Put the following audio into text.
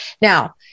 Now